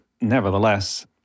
nevertheless